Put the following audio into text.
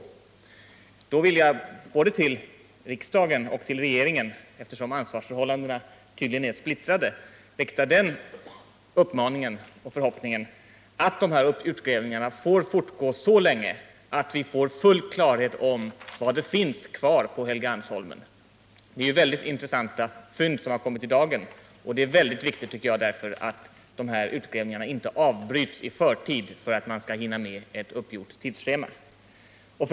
Därför vill jag både till riksdagen och till regeringen, eftersom ansvarsförhållandena tycks vara splittrade, rikta den uppmaningen och förhoppningen att utgrävningarna får fortgå så länge att vi får full klarhet om vad det finns kvar på Helgeandsholmen. Det är ju väldigt intressanta fynd som har kommit i dagen, och därför är det mycket viktigt att utgrävningarna inte avbryts i förtid för att man skall hinna med ett uppgjort tidsschema.